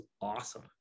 awesome